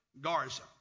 Garza